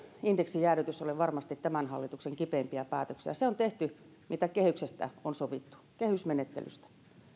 indeksijäädytys ole varmasti tämän hallituksen kipeimpiä päätöksiä se on tehty mitä kehyksestä on sovittu kehysmenettelyssä